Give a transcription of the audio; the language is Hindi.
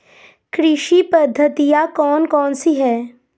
कृषि पद्धतियाँ कौन कौन सी हैं?